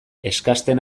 eskasten